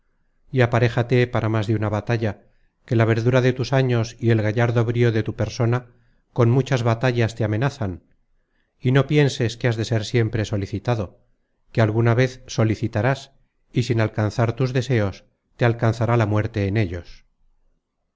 pensamientos y aparéjate para más de una batalla que la verdura de tus años y el gallardo brío de tu persona con muchas batallas te amenazan y no pienses que has de ser siempre solicitado que alguna vez solicitarás y sin alcanzar tus deseos te alcanzará la muerte en ellos